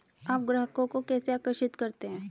आप ग्राहकों को कैसे आकर्षित करते हैं?